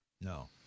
No